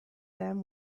them